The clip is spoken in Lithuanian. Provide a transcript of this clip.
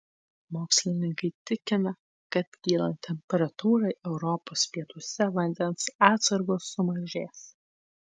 mokslininkai tikina kad kylant temperatūrai europos pietuose vandens atsargos sumažės